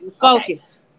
Focus